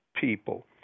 people